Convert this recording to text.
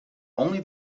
only